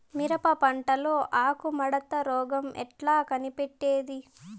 మిరప పంటలో ఆకు ముడత రోగం ఎట్లా కనిపెట్టేది?